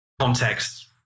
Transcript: context